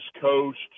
Coast